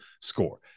score